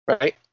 right